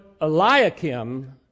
Eliakim